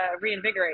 reinvigorate